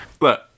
Look